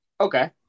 okay